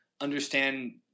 understand